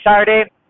Saturday